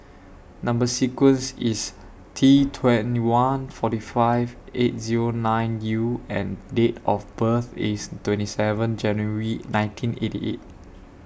Number sequence IS T twenty one forty five eight Zero nine U and Date of birth IS twenty seven January nineteen eighty eight